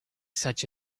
such